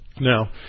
Now